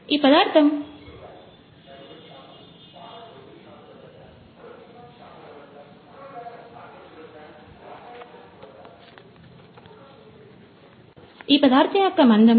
కాబట్టి ఈ పదార్థం యొక్క మందం 2